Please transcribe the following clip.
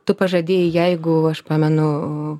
tu pažadėjai jeigu aš pamenu